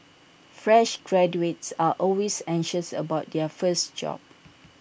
fresh graduates are always anxious about their first job